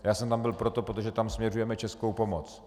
Já jsem tam byl proto, že tam směřujeme českou pomoc.